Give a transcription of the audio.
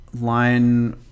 Line